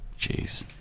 jeez